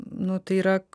nu tai yra